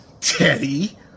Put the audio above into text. Teddy